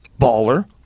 Baller